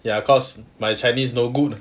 ya cause my chinese no good